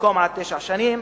במקום עד תשע שנים,